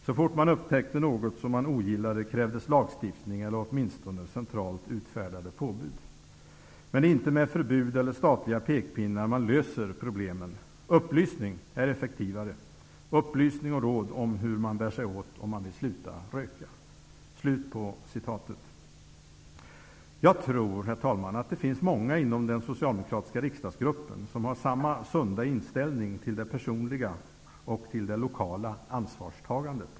Så fort man då upptäckte något som man ogillade krävdes lagstiftning eller åtminstone centralt utfärdade påbud. Men det är inte med förbud eller statliga pekpinnar man löser problemen. Upplysning är effektivare, upplysning och råd om hur man bär sig åt om man vill sluta.'' Herr talman! Jag tror att det finns många inom den socialdemokratiska riksdagsgruppen som har samma sunda inställning till det personliga och det lokala ansvarstagandet.